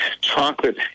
chocolate